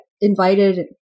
invited